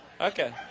Okay